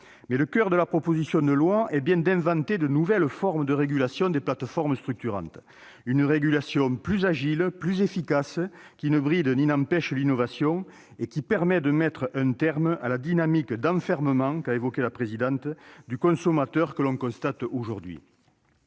Mais le coeur de la proposition de loi est bien d'inventer de nouvelles formes de régulation des plateformes structurantes : une régulation plus agile, plus efficace, qui ne bride ni n'empêche l'innovation et qui permette de mettre un terme à la dynamique d'enfermement du consommateur que l'on constate aujourd'hui-